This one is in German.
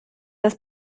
das